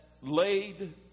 laid